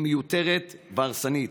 היא מיותרת והרסנית,